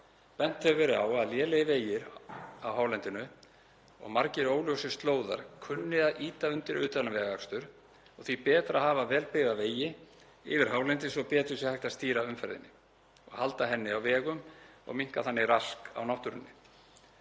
Bent hefur verið á að lélegir vegir á hálendinu og margir óljósir slóðar kunni að ýta undir utanvegaakstur og því sé betra að hafa vel byggða vegi yfir hálendið svo betur sé hægt að stýra umferðinni og halda henni á vegum og minnka þannig rask á náttúrunni.